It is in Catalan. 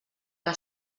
que